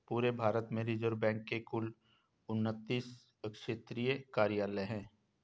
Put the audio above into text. पूरे भारत में reserve bank के कुल उनत्तीस क्षेत्रीय कार्यालय हैं